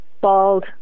bald